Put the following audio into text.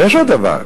אבל יש עוד דבר,